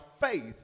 faith